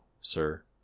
sir